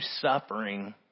suffering